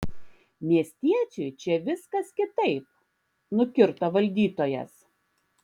miestiečiui čia viskas kitaip nukirto valdytojas